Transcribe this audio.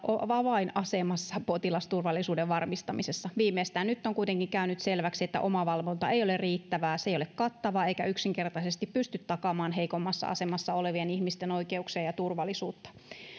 on avainasemassa potilasturvallisuuden varmistamisessa viimeistään nyt on kuitenkin käynyt selväksi että omavalvonta ei ole riittävää se ei ole kattavaa eikä yksinkertaisesti pysty takaamaan heikommassa asemassa olevien ihmisten oikeuksia ja turvallisuutta